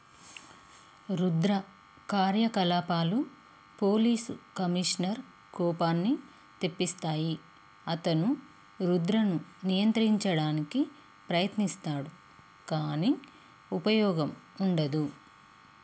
రుద్ర కార్యకలాపాలు police commissioner కోపాన్ని తెప్పిస్తాయి అతను రుద్రను నియంత్రించడానికి ప్రయత్నిస్తాడు కానీ ఉపయోగం ఉండదు